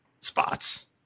spots